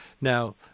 Now